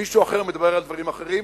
מישהו אחר מדבר על דברים אחרים.